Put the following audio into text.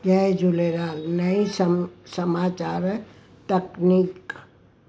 जय झूलेलाल नईं सम समाचार तकनीक